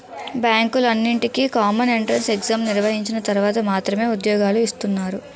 బ్యాంకులన్నింటికీ common entrance exam నిర్వహించిన తర్వాత మాత్రమే ఉద్యోగాలు ఇస్తున్నారు